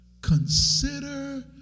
Consider